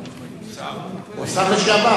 אורון,